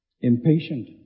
Impatient